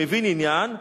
כמצביא שמבין עניין,